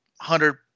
hundred